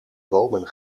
bomen